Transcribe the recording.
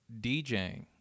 DJing